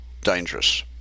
dangerous